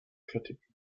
critic